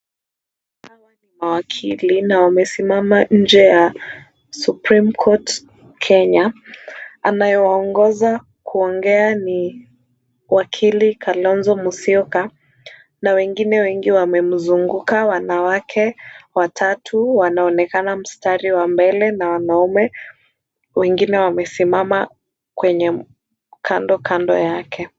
Hawa ni mawakili na wamesimama nje ya Supreme Court Kenya. Anayewaongoza kuongea ni wakili Kalonzo Musyoka na wengine wengi wamemzunguka. Wanawake watatu wanaonekana mstari wa mbele na wanaume wengine wamesimama kwenye kando kando yake.